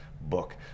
book